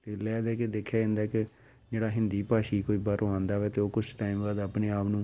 ਅਤੇ ਲੈ ਦੇ ਕੇ ਦੇਖਿਆ ਜਾਂਦਾ ਕਿ ਜਿਹੜਾ ਹਿੰਦੀ ਭਾਸ਼ੀ ਕੋਈ ਬਾਹਰੋਂ ਆਉਂਦਾ ਹੋਵੇ ਅਤੇ ਉਹ ਕੁਛ ਟਾਈਮ ਬਾਅਦ ਆਪਣੇ ਆਪ ਨੂੰ